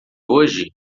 hoje